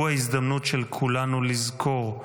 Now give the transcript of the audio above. הוא ההזדמנות של כולנו לזכור,